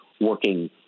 working